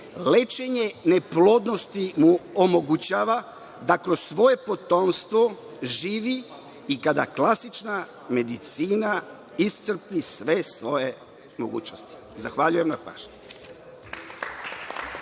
lečenje neplodnosti mu omogućava da kroz svoje potomstvo živi i kada klasična medicina iscrpi sve svoje mogućnosti. Zahvaljujem na pažnji.